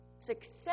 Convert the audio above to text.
success